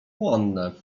płonne